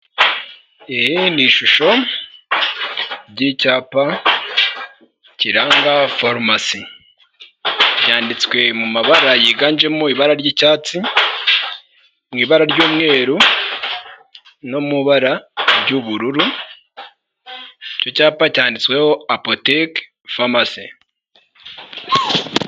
Iyi ni ishusho ry'icyapa kiranga farumasi byanditswe mu mabara yiganjemo ibara ry'icyatsi, mu ibara ry'umweru no mubara ry'ubururu, icyo cyapa cyanditsweho apoteki famasi.